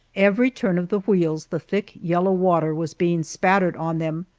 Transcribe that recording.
every turn of the wheels the thick yellow water was being spattered on them,